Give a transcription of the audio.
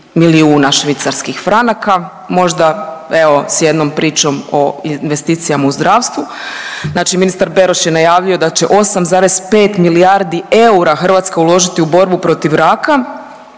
milijuna švicarskih franaka. Možda evo sa jednom pričom o investicijama u zdravstvu. Znači ministar Beroš je najavio da će 8,5 milijardi eura Hrvatska uložiti u borbu protiv raka